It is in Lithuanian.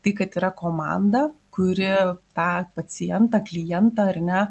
tai kad yra komanda kuri tą pacientą klientą ar ne